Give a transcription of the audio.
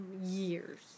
years